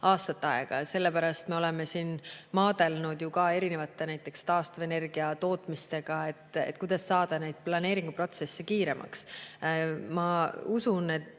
aastat aega. Me oleme siin maadelnud ju ka näiteks erinevate taastuvenergiatootmistega, kuidas saada neid planeeringuprotsesse kiiremaks. Ma usun, et